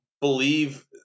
believe